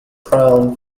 crown